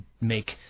make